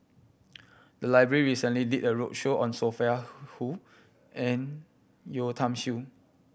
the library recently did a roadshow on Sophia Hull and Yeo Tiam Siew